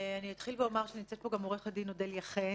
אתחיל ואומר שנמצאת פה עו"ד אודליה חן